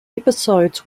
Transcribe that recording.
episodes